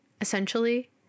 essentially